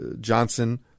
Johnson